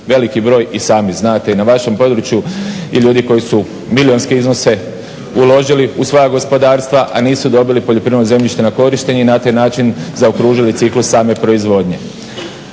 Veliki broj i sami znate i na vašem području i ljudi koji su milijunske iznose uložili u svoja gospodarstva, a nisu dobili poljoprivredno zemljište na korištenje i na taj način zaokružili ciklus same proizvodnje.